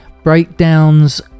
breakdowns